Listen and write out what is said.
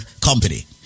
company